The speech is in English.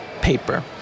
paper